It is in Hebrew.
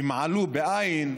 תמעלו בעי"ן,